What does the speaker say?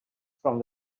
from